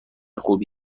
خوبی